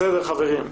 בסדר חברים.